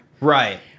right